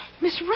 Miss